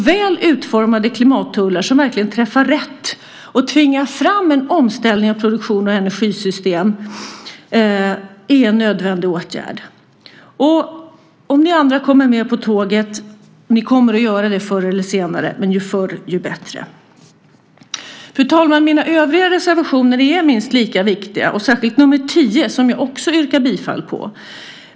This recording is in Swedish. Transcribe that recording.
Väl utformade klimattullar som verkligen träffar rätt och tvingar fram en omställning av produktion och energisystem är en nödvändig åtgärd. Ni andra kommer att komma med på tåget förr eller senare, men ju förr, dess bättre! Fru talman! Mina övriga reservationer är minst lika viktiga, särskilt nr 10, som jag också yrkar bifall till.